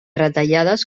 retallades